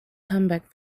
comeback